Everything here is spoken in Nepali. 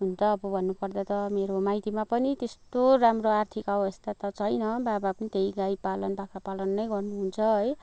हुनु त अब भन्नुपर्दा त मेरो माइतीमा पनि त्यस्तो राम्रो आर्थिक अवस्था त छैन बाबा पनि त्यही गाई पालन बाख्रा पालन नै गर्नुहुन्छ है